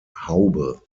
haube